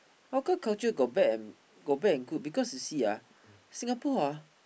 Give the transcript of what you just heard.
hawker culture got bad and got bad and good because you see ah Singapore ah